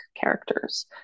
characters